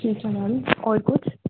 ठीक है मैम और कुछ